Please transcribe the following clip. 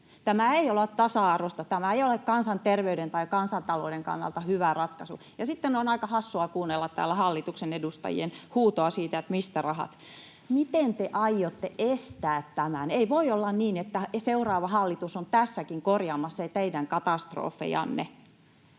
Tämä ei ole tasa-arvoista, tämä ei ole kansanterveyden tai kansantalouden kannalta hyvä ratkaisu. Ja sitten on aika hassua kuunnella täällä hallituksen edustajien huutoa siitä, mistä rahat. Miten te aiotte estää tämän? Ei voi olla niin, että seuraava hallitus on tässäkin korjaamassa teidän katastrofejanne.